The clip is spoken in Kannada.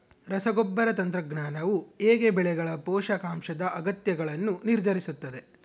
ರಸಗೊಬ್ಬರ ತಂತ್ರಜ್ಞಾನವು ಹೇಗೆ ಬೆಳೆಗಳ ಪೋಷಕಾಂಶದ ಅಗತ್ಯಗಳನ್ನು ನಿರ್ಧರಿಸುತ್ತದೆ?